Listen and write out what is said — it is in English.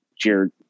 Jared